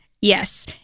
Yes